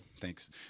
thanks